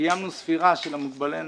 קיימנו ספירה של מוגבלי ניידות,